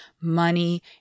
money